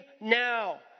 now